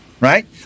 Right